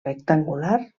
rectangular